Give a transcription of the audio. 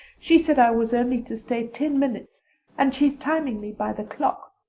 she said i was only to stay ten minutes and she's timing me by the clock.